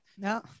No